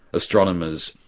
astronomers,